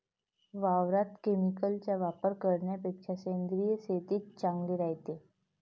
वावरात केमिकलचा वापर करन्यापेक्षा सेंद्रिय शेतीच चांगली रायते